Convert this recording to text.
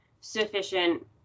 sufficient